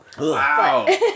Wow